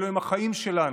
אלה החיים שלנו.